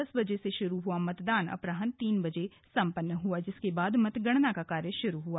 दस बजे से शुरू हुआ मतदान अपराह तीन बजे संपन्न हुआ जिसके बाद मतगणना का कार्य शुरू हुआ